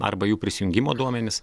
arba jų prisijungimo duomenis